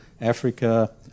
Africa